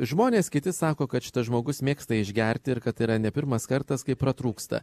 žmonės kiti sako kad šitas žmogus mėgsta išgerti ir kad yra ne pirmas kartas kai pratrūksta